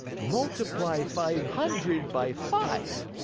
multiply five hundred by five.